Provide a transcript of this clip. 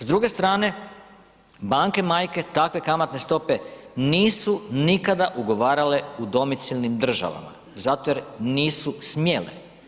S druge strane banke majke takve kamatne stope nisu nikada ugovarale u domicilnim državama zato jer nisu smjele.